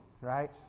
right